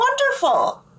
Wonderful